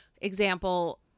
Example